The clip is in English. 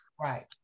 right